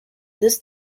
this